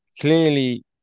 clearly